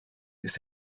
ist